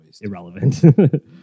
Irrelevant